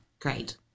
Great